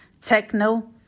techno